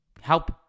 help